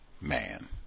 man